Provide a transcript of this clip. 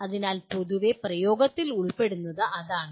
അതിനാൽ പൊതുവെ പ്രയോഗത്തിൽ ഉൾപ്പെടുന്നത് അതാണ്